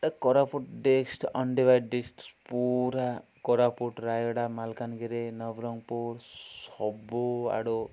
ଏଟ Koraput dist dist ପୁରା କୋରାପୁଟ ରାୟଗଡ଼ା ମାଲକାନଗିରି ନବରଙ୍ଗପୁର ସବୁ ଆଡ଼ୁ